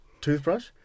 toothbrush